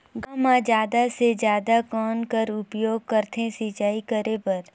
गांव म जादा से जादा कौन कर उपयोग करथे सिंचाई करे बर?